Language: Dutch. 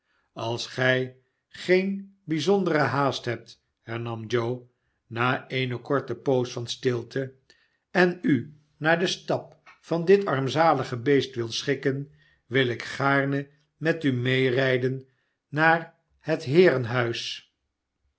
als gij geen bijzondere haast hebt hernam joe na eene korte poos van stilte en u naar den stap van dit armzalige beest wilt schikken wil ik gaarne met u meerijden naar het heerenhuis